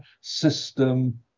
system